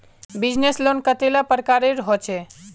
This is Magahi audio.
बिजनेस लोन कतेला प्रकारेर होचे?